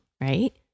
right